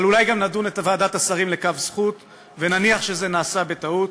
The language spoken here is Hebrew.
אבל אולי נדון את ועדת השרים לכף זכות ונניח שזה נעשה בטעות.